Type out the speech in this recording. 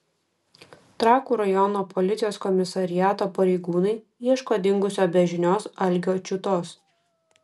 trakų rajono policijos komisariato pareigūnai ieško dingusio be žinios algio čiutos